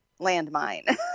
landmine